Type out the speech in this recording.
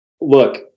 look